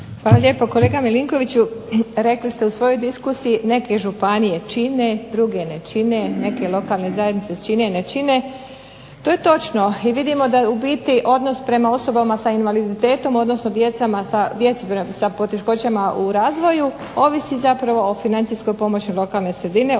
Hvala lijepo. Kolega Milinkoviću, rekli ste u svojoj diskusiji neke županije čine, druge ne čine, neke lokalne zajednice čine, ne čine. To je točno i vidimo da je u biti odnos prema osobama sa invaliditetom, odnosno djeci sa poteškoćama u razvoju ovisi zapravo o financijskoj pomoći lokalne sredine